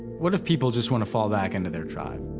what if people just want to fall back into their tribe?